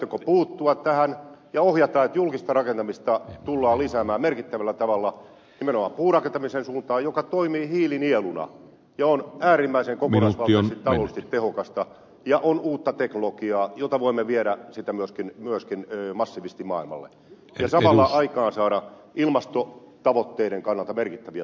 aiotteko puuttua tähän ja ohjata että julkista rakentamista tullaan lisäämään merkittävällä tavalla nimenomaan puurakentamisen suuntaan joka toimii hiilinieluna ja on äärimmäisen kokonaisvaltaisesti taloudellisesti tehokasta ja on uutta teknologiaa jota voimme viedä sitten myöskin massiivisesti maailmalle ja samalla aikaansaada ilmastotavoitteiden kannalta merkittäviä tuloksia